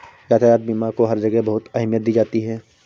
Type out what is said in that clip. यातायात बीमा को हर जगह बहुत अहमियत दी जाती है